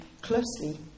closely